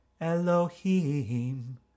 Elohim